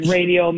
Radio